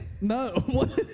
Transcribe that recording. No